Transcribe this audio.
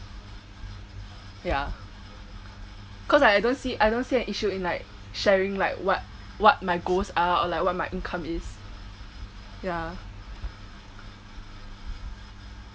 ya cause I I don't see I don't see an issue in like sharing like what what my goals are or what my income is ya